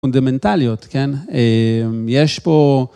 פונדמנטליות כן, יש פה